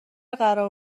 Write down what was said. قرار